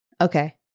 Okay